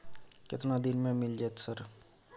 केतना दिन में मिल जयते सर?